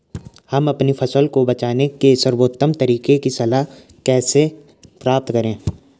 हम अपनी फसल को बचाने के सर्वोत्तम तरीके की सलाह कैसे प्राप्त करें?